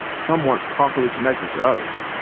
some weren't properly connected to others.